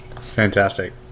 Fantastic